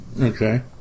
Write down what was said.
Okay